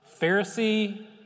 Pharisee